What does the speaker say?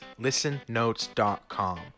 listennotes.com